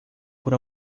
por